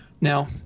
Now